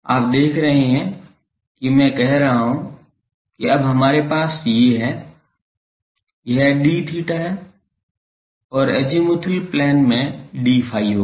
आप देख रहे हैं कि मैं कह रहा हूं कि अब हमारे पास ये हैं यह d theta है और अजीमुथल प्लेन में d phi होगा